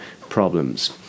problems